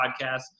podcast